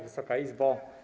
Wysoka Izbo!